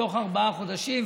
בתוך ארבעה חודשים.